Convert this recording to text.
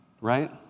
Right